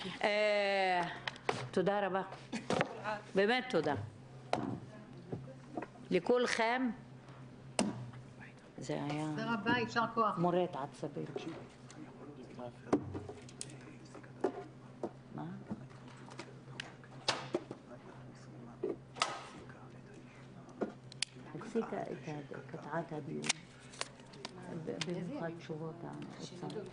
הישיבה ננעלה בשעה 14:17.